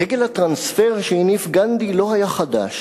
דגל הטרנספר שהניף גנדי לא היה חדש.